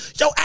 yo